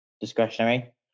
discretionary